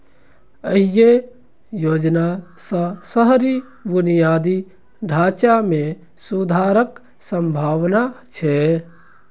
एहि योजना सं शहरी बुनियादी ढांचा मे सुधारक संभावना छै